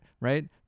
right